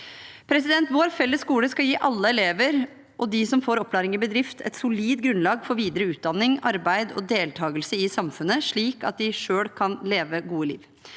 Vår felles skole skal gi alle elever og dem som får opplæring i bedrift, et solid grunnlag for videre utdanning, arbeid og deltagelse i samfunnet, slik at de selv kan leve et godt liv.